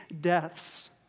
deaths